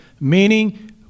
meaning